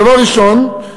דבר ראשון,